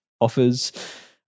offers